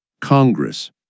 Congress